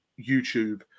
YouTube